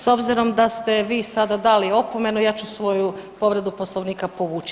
S obzirom da ste vi sada dali opomenu ja ću svoju povredu Poslovnika povući.